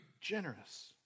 generous